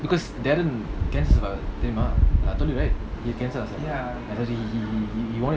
because darren cancer தெரியுமா:theriuma I told you right he has cancer so he he he wore it